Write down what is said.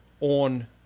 on